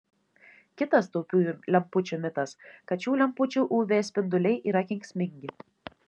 kitas taupiųjų lempučių mitas kad šių lempučių uv spinduliai yra kenksmingi